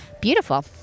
beautiful